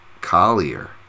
Collier